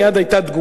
מייד יש תגובה,